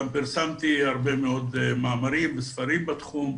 גם פרסמתי הרבה מאוד מאמרים וספרים בתחום,